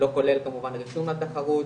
לא כולל כמובן רישום לתחרות,